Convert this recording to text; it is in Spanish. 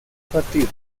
partidos